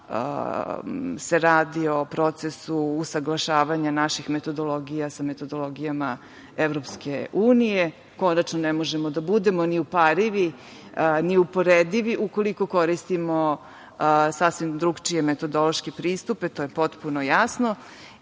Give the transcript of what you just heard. se radi o procesu usaglašavanja naših metodologija sa metodologijama EU. Konačno, ne možemo da budemo uparivi ni uporedivi ukoliko koristimo sasvim drugačije metodološke pristupe, to je potpuno jasno. Ono